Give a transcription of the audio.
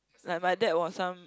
like my dad was some